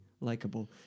likable